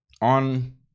on